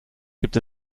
gibt